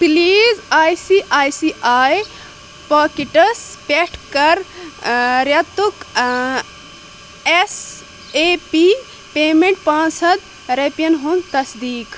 please I C I C I pockets پٮ۪ٹھ کَر رٮ۪تُک ایس اے پی پیمنٹ پانٛژھ ہتھ رۄپیَن ہُند تصدیٖق